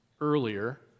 earlier